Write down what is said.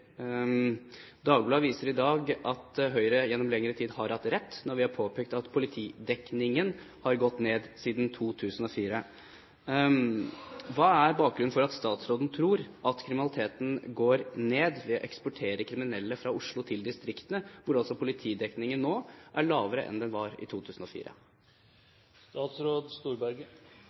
Dagbladet viser i dag at Høyre gjennom lengre tid har hatt rett når vi har påpekt at politidekningen har gått ned siden 2004. Hva er bakgrunnen for at statsråden tror at kriminaliteten vil gå ned ved å eksportere kriminelle fra Oslo til distriktene, hvor altså politidekningen nå er lavere enn den var i